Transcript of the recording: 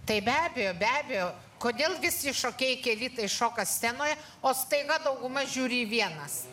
tai be abejo be abejo kodėl visi šokėjai keli tai šoka scenoje o staiga dauguma žiūri vienas